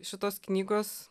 šitos knygos